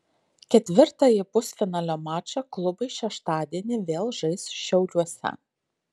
ketvirtąjį pusfinalio mačą klubai šeštadienį vėl žais šiauliuose